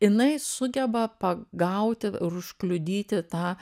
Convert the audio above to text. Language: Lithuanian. inai sugeba pagauti ir užkliudyti tą